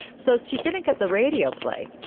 so she didn't get the radio play